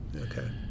Okay